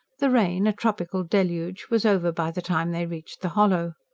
the rain, a tropical deluge, was over by the time they reached the hollow.